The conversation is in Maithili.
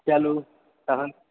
चलु तखन